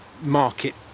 market